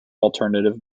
alternative